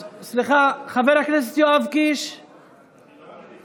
חבר הכנסת יואב קיש, סליחה.